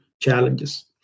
challenges